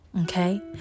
Okay